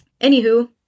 Anywho